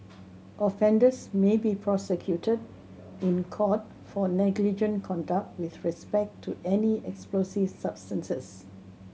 offenders may be prosecuted in court for negligent conduct with respect to any explosive substance